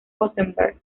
rosenberg